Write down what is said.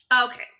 Okay